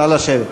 נא לשבת.